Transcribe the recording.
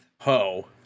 ho